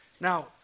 Now